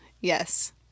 yes